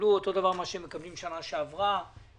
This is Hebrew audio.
יקבלו אותו דבר כפי שהם קיבלו בשנה שעברה אך